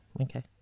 okay